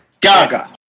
Gaga